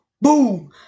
boom